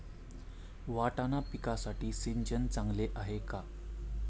वाटाणा पिकासाठी सिंचन चांगले आहे का?